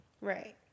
Right